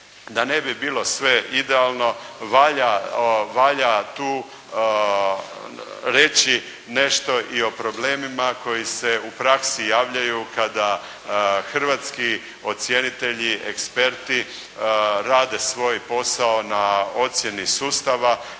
da ne bi bilo sve idealno valja tu reći nešto i o problemima koji se u praksi javljaju kada hrvatski ocjenitelji, eksperti rade svoj posao na ocjeni sustava